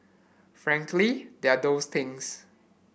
frankly they are those things